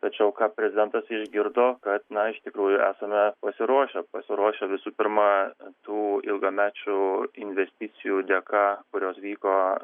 tačiau ką prezidentas išgirdo kad na iš tikrųjų esame pasiruošę pasiruošę visų pirma su ilgamečių investicijų dėka kurios vyko